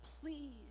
Please